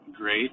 great